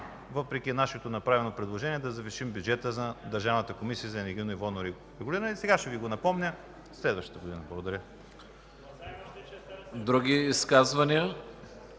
въпреки нашето направено предложение – да завишим бюджета на Държавната комисия за енергийно и водно регулиране, и ще Ви го напомня следващата година. Благодаря. ПРЕДСЕДАТЕЛ